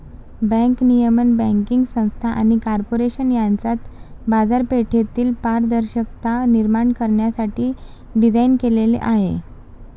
bank नियमन banking संस्था आणि कॉर्पोरेशन यांच्यात बाजारपेठेतील पारदर्शकता निर्माण करण्यासाठी डिझाइन केलेले आहे